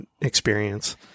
experience